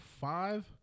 five